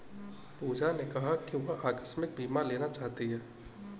पूजा ने कहा कि वह आकस्मिक बीमा लेना चाहती है